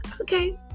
Okay